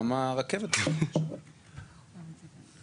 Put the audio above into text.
גם הרכבת זה רציפות שלטונית.